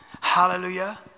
Hallelujah